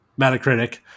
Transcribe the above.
Metacritic